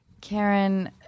Karen